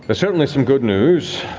but certainly some good news.